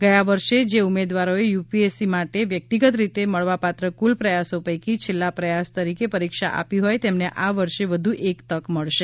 ગયા વર્ષે જે ઉમેદવારોએ યુપીએસસી માટે વ્યકિતગત રીતે મળવાપાત્ર કુલ પ્રથાસો પૈકી છેલ્લા પ્રયાસ તરીકે પરીક્ષા આપી હોય તેમને આ વર્ષે વધુ એક તક મળશે